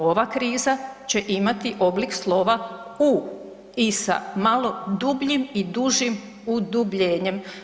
Ova kriza će imati oblik slova U i sa malo dubljim i dužim udubljenjem.